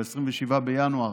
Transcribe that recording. ב-27 בינואר,